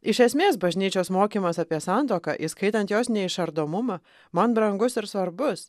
iš esmės bažnyčios mokymas apie santuoką įskaitant jos neišardomumą man brangus ir svarbus